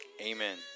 Amen